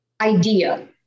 idea